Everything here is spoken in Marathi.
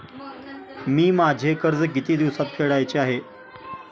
मी माझे कर्ज किती दिवसांत फेडायचे आहे?